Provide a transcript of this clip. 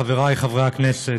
חברי חברי הכנסת,